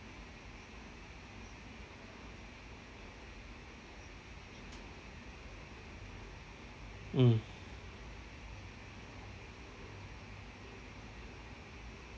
mm